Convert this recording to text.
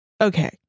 okay